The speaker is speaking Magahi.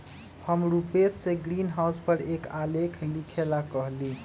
हम रूपेश से ग्रीनहाउस पर एक आलेख लिखेला कहली